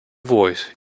voice